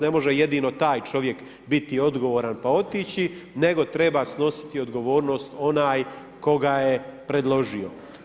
Ne može jedino taj čovjek biti odgovoran pa otići, nego treba snositi odgovornost, onaj tko ga je predložio.